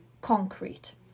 concrete